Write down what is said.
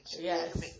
Yes